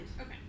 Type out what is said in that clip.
Okay